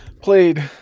played